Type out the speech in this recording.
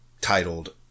titled